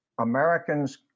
Americans